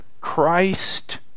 Christ